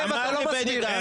--- זאב, אתה לא מסביר לו.